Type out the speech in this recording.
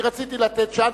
כי רציתי לתת צ'אנס,